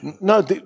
No